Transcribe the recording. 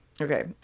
Okay